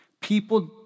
people